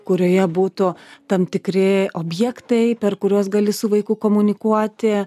kurioje būtų tam tikri objektai per kuriuos gali su vaiku komunikuoti